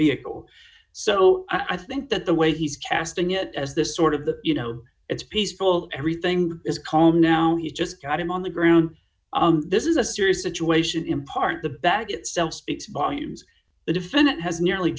vehicle so i think that the way he's casting it as this sort of the you know it's peaceful everything is calm now he just got him on the ground this is a serious situation in part the bag itself speaks volumes the defendant has nearly